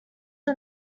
are